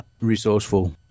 Resourceful